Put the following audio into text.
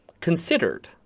considered